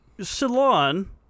Salon